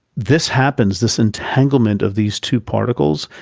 this happens, this entanglement of these two particles,